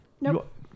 Nope